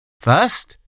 First